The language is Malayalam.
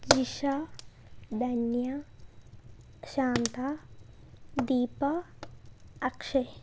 ജിഷ ധന്യ ശാന്ത ദീപ അക്ഷയ്